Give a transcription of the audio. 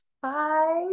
Five